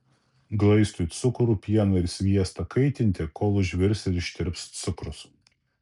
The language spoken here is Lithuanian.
glaistui cukrų pieną ir sviestą kaitinti kol užvirs ir ištirps cukrus